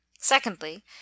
Secondly